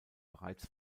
bereits